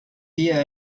dia